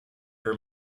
her